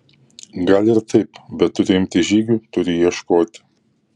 gal ir taip bet turiu imtis žygių turiu ieškoti